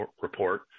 report